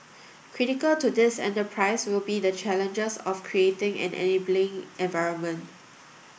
critical to this enterprise will be the challenges of creating an enabling environment